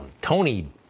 tony